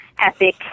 epic